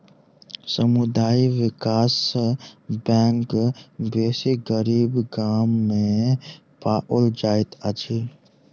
समुदाय विकास बैंक बेसी गरीब गाम में पाओल जाइत अछि